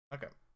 Okay